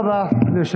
תודה רבה ליושבת-ראש